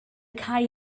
cau